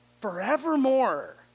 forevermore